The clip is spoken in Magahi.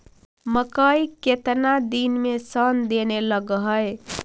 मकइ केतना दिन में शन देने लग है?